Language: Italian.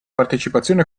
partecipazione